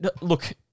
Look